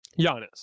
Giannis